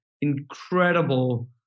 incredible